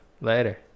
Later